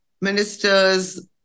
ministers